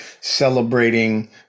celebrating